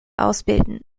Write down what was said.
ausbilden